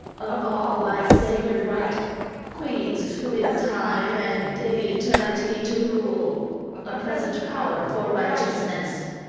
of all by sacred right queens who in time and in eternity do rule, a present power for righteousness,